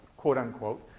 quote-unquote,